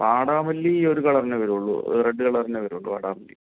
വാടാമല്ലി ഒരു കളറിൻ്റെ വരൂള്ളൂ ആ റെഡ് കളറിനെ വരൂള്ളൂ വാടാമല്ലി